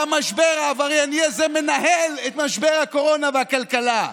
והמשבר העברייני הזה מנהל את משבר הקורונה והכלכלה.